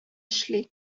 эшли